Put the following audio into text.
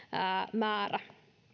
määrä